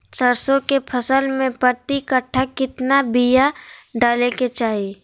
सरसों के फसल में प्रति कट्ठा कितना बिया डाले के चाही?